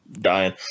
dying